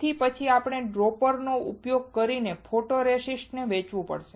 તેથી પછી આપણે ડ્રોપર નો ઉપયોગ કરીને ફોટોરેસિસ્ટને વહેંચવું પડશે